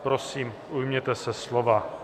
Prosím, ujměte se slova.